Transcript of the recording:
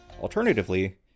Alternatively